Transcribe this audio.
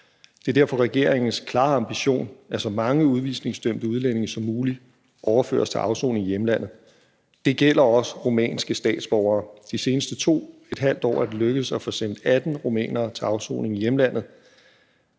Det er derfor regeringens klare ambition, at så mange udvisningsdømte udlændinge som muligt overføres til afsoning i hjemlandet. Det gælder også rumænske statsborgere. De seneste 2½ år er det lykkedes at få sendt 18 rumænere til afsoning i hjemlandet.